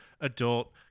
adult